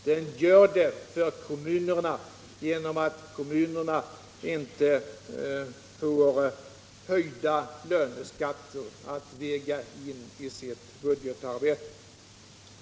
Den gör det för kommunerna genom att kommunerna inte får höjda löneskatter att väga in i sitt budgetarbete.